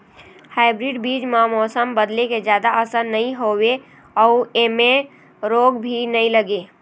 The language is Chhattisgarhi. हाइब्रीड बीज म मौसम बदले के जादा असर नई होवे अऊ ऐमें रोग भी नई लगे